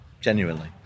genuinely